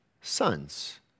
Sons